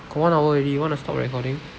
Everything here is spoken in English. got one hour already you wanna stop recording